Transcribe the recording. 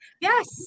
Yes